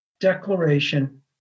declaration